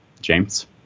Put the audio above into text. James